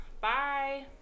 Bye